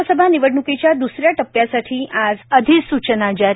लोकसभा निवडण्कीच्या द्सऱ्या टप्प्यासाठी आज अधिस्चना जारी